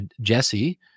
Jesse